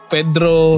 Pedro